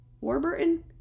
Warburton